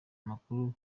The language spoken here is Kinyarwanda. amakuru